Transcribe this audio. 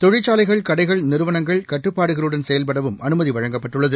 தொழிற்சாலைகள் கடைகள் நிறுவனங்கள் கட்டுப்பாடுகளுடன் செயல்படவும் அனுமதி வழங்கப்பட்டுள்ளது